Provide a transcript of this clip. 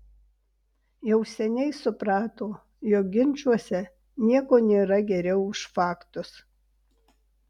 jau seniai suprato jog ginčuose nieko nėra geriau už faktus